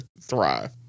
thrive